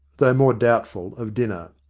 though more doubtful, of dinner.